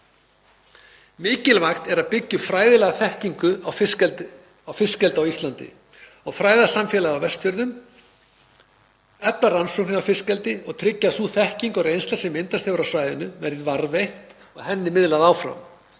Mikilvægt er að byggja upp fræðilega þekkingu á fiskeldi á Íslandi og fræðasamfélagið á Vestfjörðum, efla rannsóknir á fiskeldi og tryggja að sú þekking og reynsla sem myndast á svæðinu verði varðveitt og henni miðlað áfram.